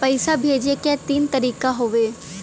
पइसा भेजे क तीन तरीका हउवे